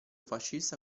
fascista